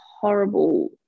horrible